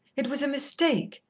it was a mistake,